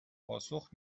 پاسخ